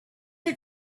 had